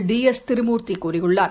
D S Tirumurti கூறியுள்ளார்